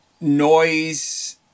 Noise